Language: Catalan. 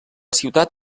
ciutat